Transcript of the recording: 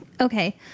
okay